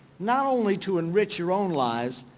not only to enrich your own lives,